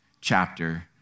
chapter